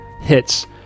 hits